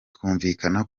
twumvikana